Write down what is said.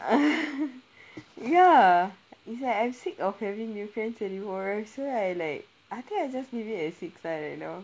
ya it's like I'm sick of having new friends to divorce right like I think I just maybe a six ah right now